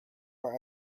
for